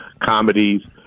comedies